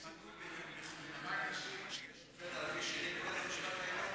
שופט ערבי שני בבית משפט עליון?